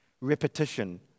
Repetition